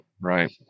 Right